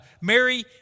Mary